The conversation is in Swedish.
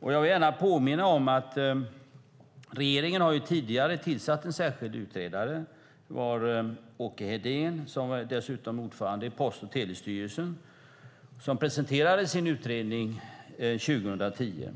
Jag vill gärna påminna om att regeringen tidigare har tillsatt en särskild utredare. Det var Åke Hedén, dessutom ordförande i Post och telestyrelsen, som presenterade sin utredning 2010.